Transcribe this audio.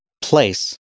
place